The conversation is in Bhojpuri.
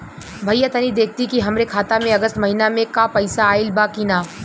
भईया तनि देखती की हमरे खाता मे अगस्त महीना में क पैसा आईल बा की ना?